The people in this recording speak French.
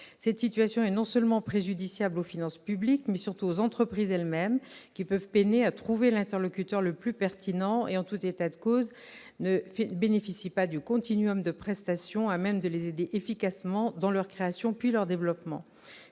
Cette situation est non seulement préjudiciable aux finances publiques, mais surtout aux entreprises elles-mêmes, qui peuvent peiner à trouver l'interlocuteur le plus pertinent et, en tout état de cause, ne bénéficient pas du de prestations à même de les aider efficacement dans leur création, puis leur développement.